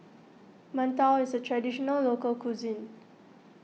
Mantou is a Traditional Local Cuisine